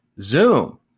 Zoom